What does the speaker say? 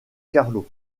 carlo